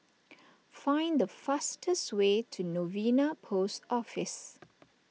find the fastest way to Novena Post Office